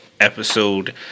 episode